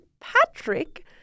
Patrick